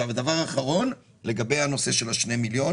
הדבר האחרון, לגבי הנושא של שני מיליון